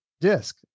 disc